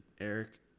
Eric